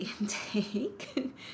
intake